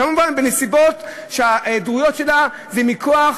וזה כמובן בנסיבות שההיעדרויות שלה הן מכוח